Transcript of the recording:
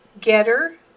Getter